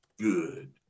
good